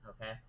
okay